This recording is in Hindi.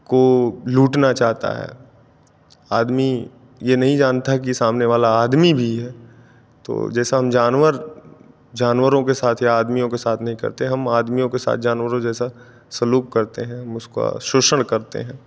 को लूटना चाहता है आदमी ये नहीं जानता कि सामने वाला आदमी भी है तो जैसा हम जानवर जानवरों के साथ या आदमियों के साथ नहीं करते हम आदमियों के साथ जानवरों जैसा सलूक करते हैं हम उसका शोषण करते हैं